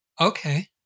Okay